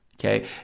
okay